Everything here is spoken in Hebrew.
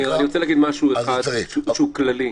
אני רוצה להגיד משהו אחד שהוא כללי,